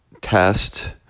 test